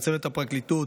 לצוות הפרקליטות,